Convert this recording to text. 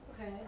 Okay